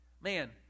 Man